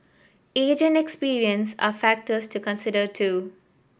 age and experience are factors to consider too